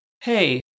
hey